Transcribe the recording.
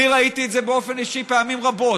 אני ראיתי את זה באופן אישי פעמים רבות.